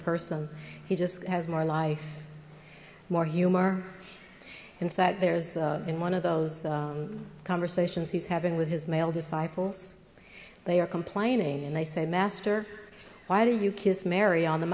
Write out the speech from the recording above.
person he just has more life more humor in fact there was in one of those conversations he's having with his male disciples they are complaining and they say master why do you kiss mary on the